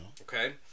okay